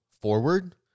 forward